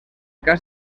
cas